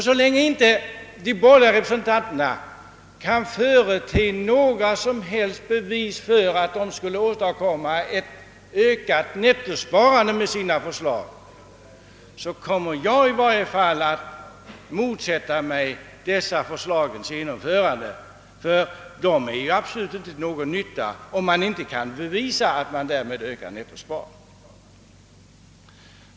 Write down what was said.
Så länge inte de borgerliga representanterna kan förete några som helst bevis för att de skulle åstadkomma ett ökat nettosparande med sina förslag, kommer jag i varje fall att motsätta mig dessa förslags genomförande. De är absolut inte till någon nytta, om det inte kan visas att man därmed ökar nettosparandet.